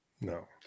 no